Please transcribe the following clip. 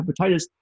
hepatitis